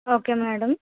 okay madam